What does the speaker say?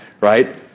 right